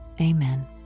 Amen